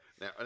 Now